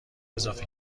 اضافه